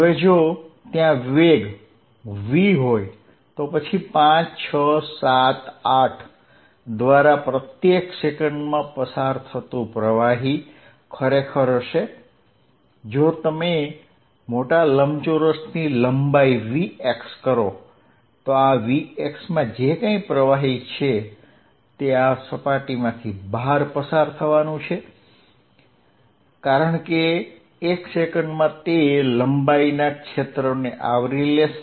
હવે જો ત્યાં વેગ v હોય તો પછી 5 6 7 8 દ્વારા પ્રત્યેક સેકન્ડમાં પસાર થતું પ્રવાહી ખરેખર હશે જો તમે મોટા લંબચોરસની લંબાઈ vx કરો તો આ vx માં જે કંઈ પ્રવાહી છે તે આ સપાટીમાંથી પસાર થવાનું છે કારણ કે એક સેકંડમાં તે લંબાઈના ક્ષેત્રોને આવરી લેશે